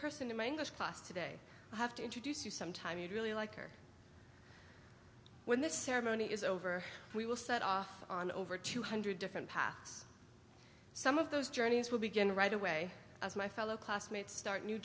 person in my english class today i have to introduce you sometime you'd really like her when this ceremony is over we will set off on over two hundred different paths some of those journeys will begin right away as my fellow classmates start new